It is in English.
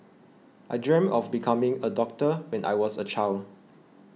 I dreamt of becoming a doctor when I was a child